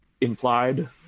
implied